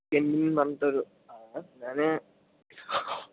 എന്ന് പറഞ്ഞിട്ടൊരു ആണ് ഞാൻ